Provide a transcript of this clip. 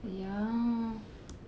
!aiya!